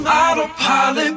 autopilot